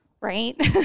Right